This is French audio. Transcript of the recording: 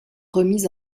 remise